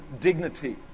dignity